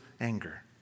anger